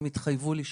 הם התחייבו לי שלא.